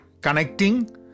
connecting